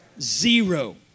Zero